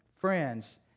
friends